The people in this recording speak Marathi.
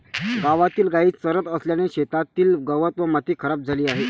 गावातील गायी चरत असल्याने शेतातील गवत व माती खराब झाली आहे